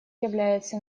является